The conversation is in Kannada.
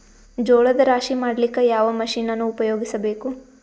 ಜೋಳದ ರಾಶಿ ಮಾಡ್ಲಿಕ್ಕ ಯಾವ ಮಷೀನನ್ನು ಉಪಯೋಗಿಸಬೇಕು?